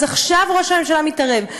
אז עכשיו ראש הממשלה מתערב.